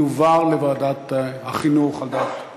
יועבר לוועדת החינוך, על דעת כולם,